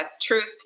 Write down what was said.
Truth